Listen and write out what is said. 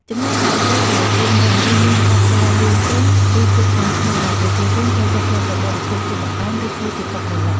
ចំណែកឯពេលដែលទុំវិញ វាមានសាច់ពណ៌លឿងទុំ រសជាតិផ្អែមឈ្ងុយ ដែលប្រជាជនចូលចិត្តយកទៅបរិភោគជាបង្អែម ឬធ្វើជាទឹកក្រឡុក។